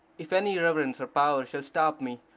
if any reverence or power shall stop me,